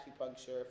acupuncture